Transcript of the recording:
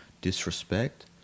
disrespect